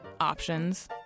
options